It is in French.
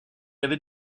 avait